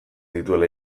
dituela